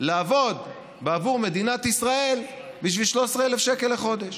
לעבוד בעבור מדינת ישראל בשביל 13,000 שקל לחודש.